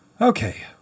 Okay